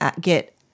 get